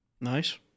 Nice